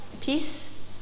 peace